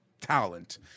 talent